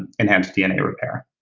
and and dna repair.